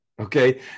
Okay